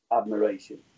admiration